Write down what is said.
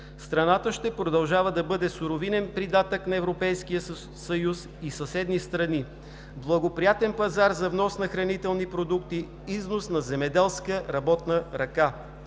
Страната ще продължава да бъде суровинен придатък на Европейския съюз и съседни страни, благоприятен пазар за внос на хранителни продукти, износ на земеделска работна ръка.